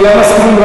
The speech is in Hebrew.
כולם מסכימים,